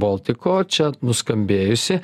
boltiko čia nuskambėjusi